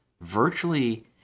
virtually